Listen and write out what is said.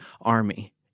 army